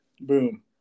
Boom